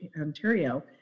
Ontario